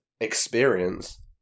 experience